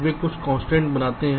वे कुछ कंस्ट्रेंट्स बनाते हैं